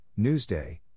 Newsday